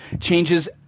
changes